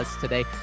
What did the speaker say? Today